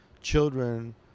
children